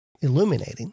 illuminating